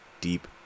deep